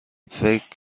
فکر